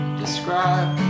describe